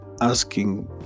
asking